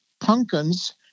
pumpkins